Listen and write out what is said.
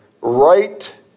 right